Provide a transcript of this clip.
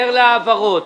עובר להעברות.